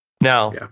Now